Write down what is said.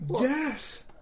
Yes